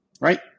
Right